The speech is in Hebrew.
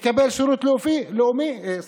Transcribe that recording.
לקבל שירותי בריאות,